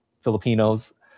Filipinos